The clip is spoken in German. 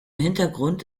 hintergrund